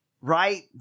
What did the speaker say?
Right